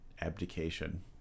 abdication